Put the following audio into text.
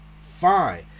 Fine